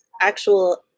actual